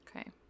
okay